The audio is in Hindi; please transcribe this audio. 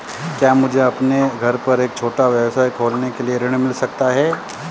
क्या मुझे अपने घर पर एक छोटा व्यवसाय खोलने के लिए ऋण मिल सकता है?